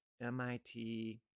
MIT